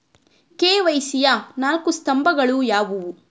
KYC ಯ ನಾಲ್ಕು ಸ್ತಂಭಗಳು ಯಾವುವು?